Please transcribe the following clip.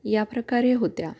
याप्रकारे होत्या